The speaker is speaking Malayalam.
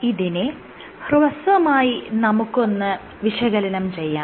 ഇതിനെ ഹ്രസ്വമായി നമുക്കൊന്ന് വിശകലനം ചെയ്യാം